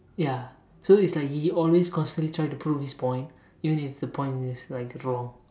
ya so it's like he always constantly try to prove his point even if the point is like wrong